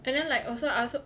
and then like also I also